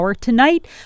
Tonight